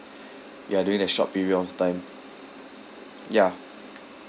ya during that short period of time ya